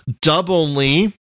dub-only